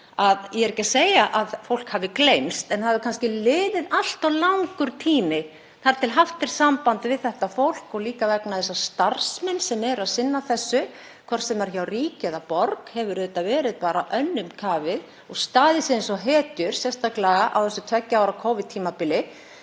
ég er ekki að segja að fólk hafi gleymst en það hefur kannski liðið allt of langur tími þar til haft er samband við þetta fólk. Líka vegna þess að starfsfólk sem er að sinna þessu, hvort sem er hjá ríki eða borg, hefur auðvitað verið önnum kafið og staðið sig eins og hetjur, sérstaklega á þessu tveggja ára tímabili,